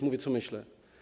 Mówię, co myślę.